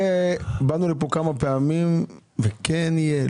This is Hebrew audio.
הרי באנו לפה כמה פעמים וכן יהיה,